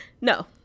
No